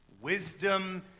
Wisdom